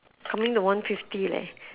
coming to one fifty leh